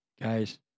Guys